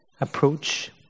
approach